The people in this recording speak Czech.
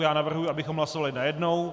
Já navrhuji, abychom hlasovali najednou.